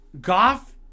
Goff